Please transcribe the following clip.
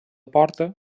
porta